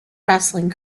wrestling